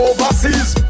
Overseas